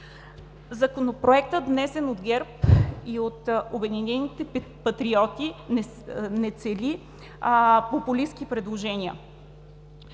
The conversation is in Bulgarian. Законопроектът, внесен от ГЕРБ и от „Обединените патриоти“, не цели популистки предложения,